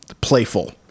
playful